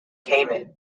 cayman